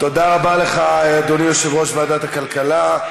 תודה רבה לך, אדוני יושב-ראש ועדת הכלכלה.